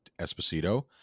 esposito